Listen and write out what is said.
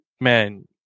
Man